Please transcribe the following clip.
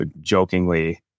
jokingly